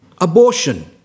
Abortion